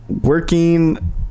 working